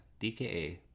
DKA